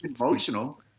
Emotional